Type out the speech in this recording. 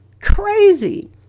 Crazy